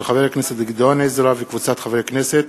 של חבר הכנסת גדעון עזרא וקבוצת חברי הכנסת.